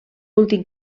últim